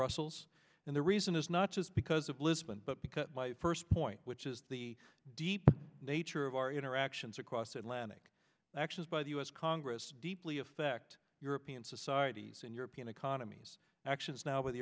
brussels and the reason is not just because of lisbon but because my first point which is the deep nature of our interactions across the atlantic actions by the us congress deeply affect european societies and european economies actions now with